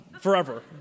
forever